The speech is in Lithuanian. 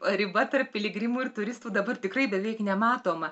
riba tarp piligrimų ir turistų dabar tikrai beveik nematoma